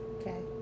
Okay